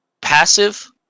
Passive